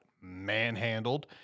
manhandled